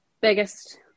biggest